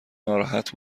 ناراحت